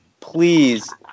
please